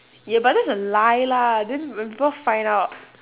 ya but that's a lie lah then we both find out